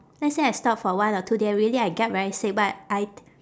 let's say I stop for one or two day I really I get very sick but I